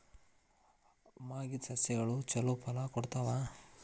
ಮಾಗಿದ್ ಸಸ್ಯಗಳು ಛಲೋ ಫಲ ಕೊಡ್ತಾವಾ?